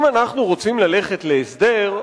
אם אנחנו רוצים ללכת להסדר,